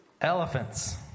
Elephants